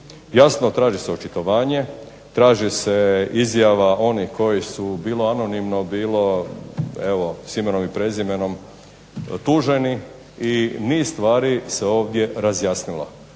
Jasno, traži se očitovanje, traži se izjava onih koji su bilo anonimno, bilo evo s imenom i prezimenom tuženi i niz stvari se ovdje razjasnilo.